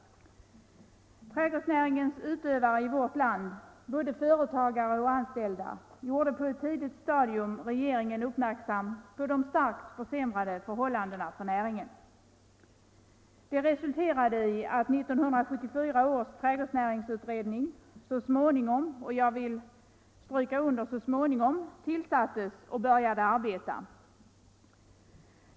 näringen Trädgårdsnäringens utövare i vårt land, både företagare och anställda, gjorde på ett tidigt stadium regeringen uppmärksam på de starkt försämrade förhållandena. Detta resulterade i att 1974 års trädgårdsnäringsutredning så småningom -— jag vill stryka under orden så småningom —- tillsattes och började arbeta.